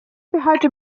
behalte